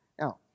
Now